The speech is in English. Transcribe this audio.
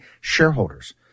shareholders